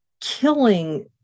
killing